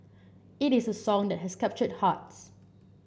it is a song that has captured hearts